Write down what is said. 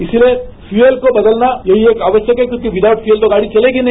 इसीलिए फ्यूल को बदलना यही एकआवश्यक है क्योंकि विदआउट फ्यूल तो गाड़ीचलेगी नहीं